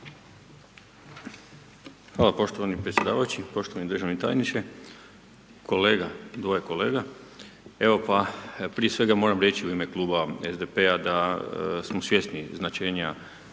Hvala poštovani predsjedavajući. Poštovani državni tajniče, kolega, gle kolega, evo pa, prije svega moram reći u ime Kluba SDP-a da smo svjesni značenja